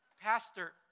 Pastor